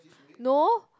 no